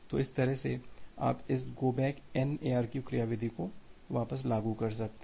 तो इस तरह आप इस गो बैक N ARQ क्रियाविधिको वापस लागू कर सकते हैं